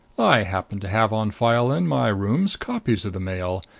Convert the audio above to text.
i happened to have on file in my rooms copies of the mail,